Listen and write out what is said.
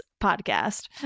podcast